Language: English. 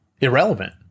irrelevant